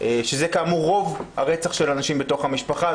שזה כאמור רוב המקרים של רצח נשים בתוך המשפחה.